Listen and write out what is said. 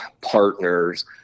partners